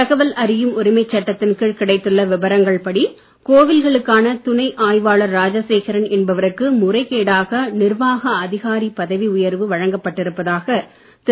தகவல் அறியும் உரிமைச் சட்டத்தின் கீழ் கிடைத்துள்ள விபரங்கள் படி கோவில்களுக்கான துணை ஆய்வாளர் ராஜசேகரன் என்பவருக்கு முறைகேடாக நிர்வாக அதிகாரி பதவி உயர்வு வழங்கப்பட்டு இருப்பதாக திரு